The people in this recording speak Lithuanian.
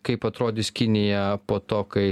kaip atrodys kinija po to kai